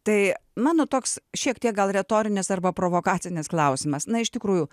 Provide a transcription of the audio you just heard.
tai mano toks šiek tiek gal retorinis arba provokacinis klausimas na iš tikrųjų